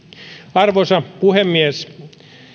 arvoisa puhemies